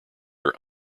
are